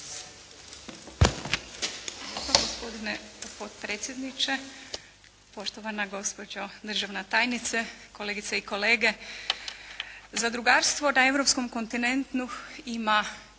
(HDZ)** Gospodine potpredsjedniče, poštovana gospođo državna tajnice, kolegice i kolege. Zadrugarstvo na europskom kontinentu ima